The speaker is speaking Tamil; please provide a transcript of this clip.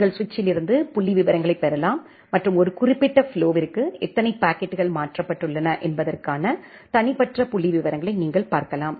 நீங்கள் சுவிட்சிலிருந்து புள்ளிவிவரங்களைப் பெறலாம் மற்றும் ஒரு குறிப்பிட்ட ஃப்ளோவிற்கு எத்தனை பாக்கெட்டுகள் மாற்றப்பட்டுள்ளன என்பதற்கான தனிப்பட்ட புள்ளிவிவரங்களை நீங்கள் பார்க்கலாம்